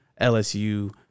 LSU